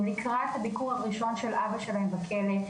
לקראת הביקור הראשון את אבא שלהם בכלא,